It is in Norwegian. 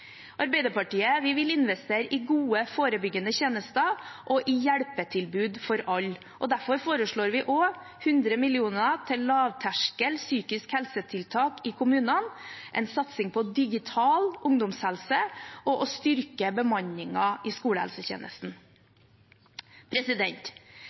Arbeiderpartiet vil investere i gode forebyggende tjenester og hjelpetilbud for alle. Derfor foreslår vi også 100 mill. kr til lavterskel psykisk helse-tiltak i kommunene, en satsing på digital ungdomshelse og å styrke bemanningen i